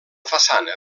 façana